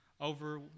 over